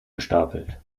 gestapelt